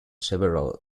several